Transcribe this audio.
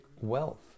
wealth